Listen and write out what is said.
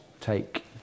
take